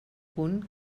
punt